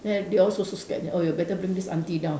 then they all so so scared oh you better bring this aunty down